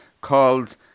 called